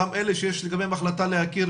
גם אלה שיש לגביהם החלטה להכיר,